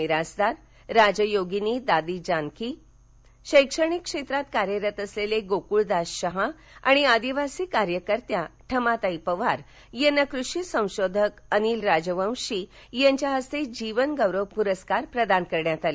मिरासदार राजयोगिनी दादी जानकी शैक्षणिक क्षेत्रात कार्यरत असलेले गोकुळदास शहा आणि आदिवासी कार्यकर्त्या ठमाताई पवार यांना कृषी संशोधक अनील राजवंशी यांच्या हस्ते जीवन गौरव पुरस्कार प्रदान करण्यात आले